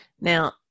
Now